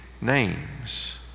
names